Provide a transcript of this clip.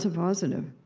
positive!